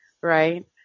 right